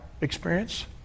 experience